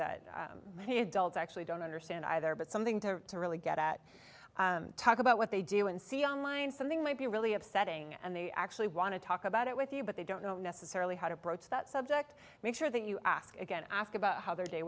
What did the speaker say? that many adults actually don't understand either but something to really get at talk about what they do and see online something might be really upsetting and they actually want to talk about it with you but they don't know necessarily how to broach that subject make sure that you ask again ask about how their day